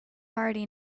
already